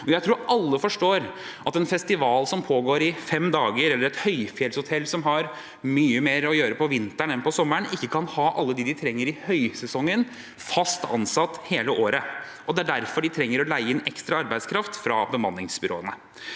Jeg tror alle forstår at en festival som pågår i fem dager, eller et høyfjellshotell som har mye mer å gjøre på vinteren enn på sommeren, ikke kan ha alle dem de trenger i høysesongen, fast ansatt hele året, og det er derfor de trenger å leie inn ekstra arbeidskraft fra bemanningsbyråene.